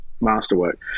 masterwork